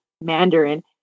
Mandarin